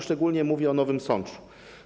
Szczególnie mówię tu o Nowym Sączu.